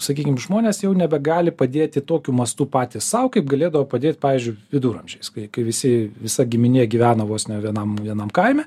sakykim žmonės jau nebegali padėti tokiu mastu patys sau kaip galėdavo padėt pavyzdžiui viduramžiais kai visi visa giminė gyveno vos ne vienam vienam kaime